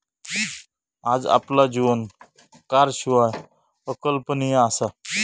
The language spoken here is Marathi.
आज आपला जीवन कारशिवाय अकल्पनीय असा